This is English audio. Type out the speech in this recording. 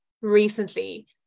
recently